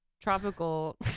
Tropical